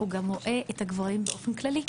הוא גם רואה את הגברים באופן כללי.